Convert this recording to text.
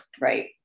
right